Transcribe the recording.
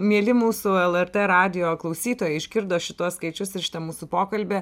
mieli mūsų lrt radijo klausytojai išgirdo šituos skaičius ir šitą mūsų pokalbį